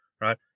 right